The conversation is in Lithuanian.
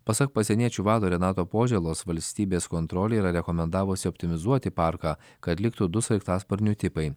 pasak pasieniečių vado renato požėlos valstybės kontrolė yra rekomendavusi optimizuoti parką kad liktų du sraigtasparnių tipai